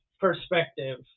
perspective